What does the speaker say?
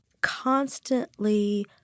constantly